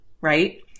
right